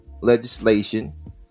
legislation